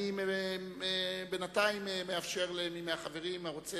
אני בינתיים מאפשר למי מהחברים הרוצה